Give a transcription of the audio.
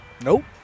Nope